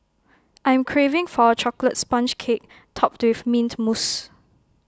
I'm craving for A Chocolate Sponge Cake Topped with Mint Mousse